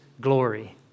Glory